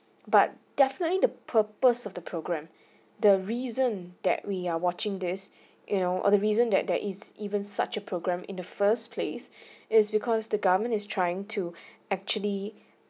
but definitely the purpose of the program the reason that we are watching this you know or the reason that there is even such a program in the first place is because the government is trying to actually